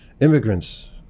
Immigrants